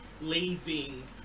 leaving